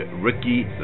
Ricky